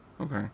Okay